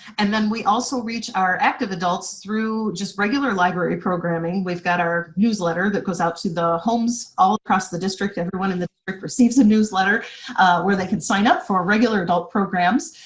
and then we also reach our active adults through just regular library programing. we've got our newsletter that goes out to the homes all across the district, everyone in the district receives a newsletter where they can sign up for regular adult programs.